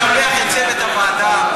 תשבח את צוות הוועדה.